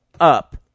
Up